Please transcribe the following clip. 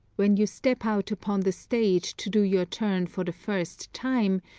when you step out upon the stage to do your turn for the first time,